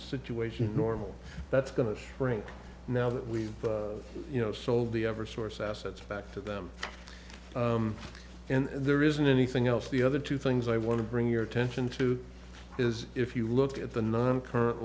situation normal that's going to shrink now that we've you know sold the ever source assets back to them and there isn't anything else the other two things i want to bring your attention to is if you look at the nine current